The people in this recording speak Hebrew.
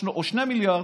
או 2 מיליארד,